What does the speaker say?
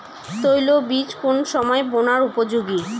তৈল বীজ কোন সময় বোনার উপযোগী?